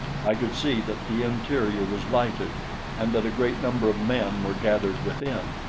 i could see that the interior was lighted and that a great number of men were gathered within.